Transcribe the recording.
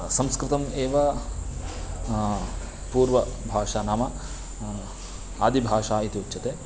संस्कृतम् एव पूर्वभाषा नाम आदिभाषा इति उच्यते